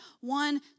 one